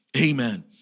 Amen